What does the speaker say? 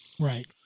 Right